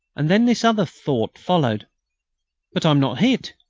and then this other thought followed but i'm not hit!